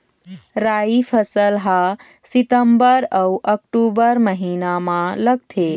राई फसल हा सितंबर अऊ अक्टूबर महीना मा लगथे